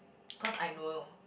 cause I know